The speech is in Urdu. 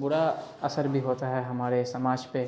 برا اثر بھی ہوتا ہے ہمارے سماج پہ